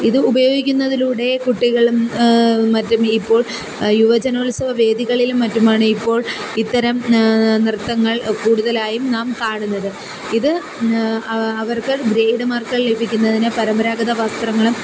ഇത് ഉപയോഗിക്കുന്നതിലൂടെ കുട്ടികളും മറ്റും ഇപ്പോൾ യുവജനോത്സവ വേദികളിലും മറ്റുമാണ് ഇപ്പോൾ ഇത്തരം നൃത്തങ്ങൾ കൂടുതലായും നാം കാണുന്നത് ഇത് അവർക്ക് ഗ്രേഡ് മാത്രം ലഭിക്കുന്നതിന് പരമ്പരാഗത വസ്ത്രങ്ങളും